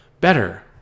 better